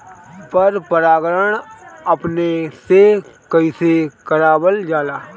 पर परागण अपने से कइसे करावल जाला?